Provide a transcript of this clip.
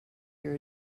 your